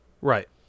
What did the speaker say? Right